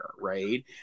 right